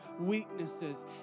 weaknesses